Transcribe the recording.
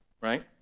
Right